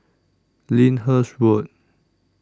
Lyndhurst Road